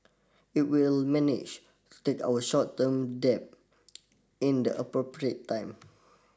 it will manage to take our short term debt in the appropriate time